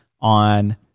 on